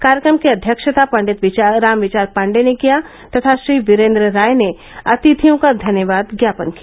कार्यक्रम की अध्यक्षता पंडित रामविचार पाण्डेय ने किया तथा श्री वीरेन्द्र राय ने अतिथियों का धन्यवाद् ज्ञापन किया